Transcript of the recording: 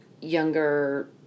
younger